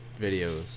videos